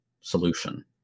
solution